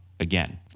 again